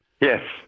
Yes